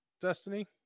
Destiny